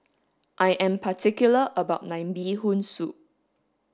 I am particular about my Mee hoon soup